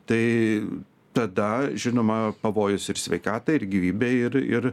tai tada žinoma pavojus ir sveikatai ir gyvybei ir ir